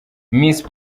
miss